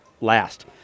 last